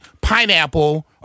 pineapple